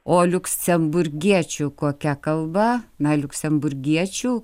o liuksemburgiečių kokia kalba na liuksemburgiečių